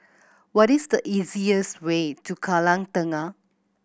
what is the easiest way to Kallang Tengah